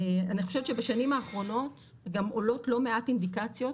אני חושבת שבשנים האחרונות גם עולות לא מעט אינדיקציות